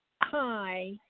Hi